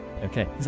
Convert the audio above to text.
Okay